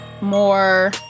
more